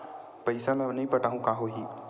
पईसा ल नई पटाहूँ का होही?